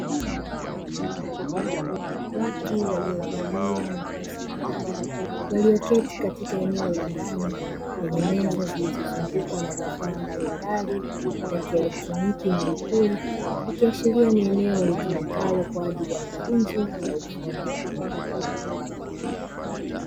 Watu waliovalia mavazi maalumu walioketi katika eneo la ndani lenye meza zilizozungukwa na vifaa mbalimbali ya kieletroniki na vipuri, ikiashiria kuwa ni eneo litumikalo kwa ajili ya mafunzo ya ufundi.